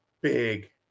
big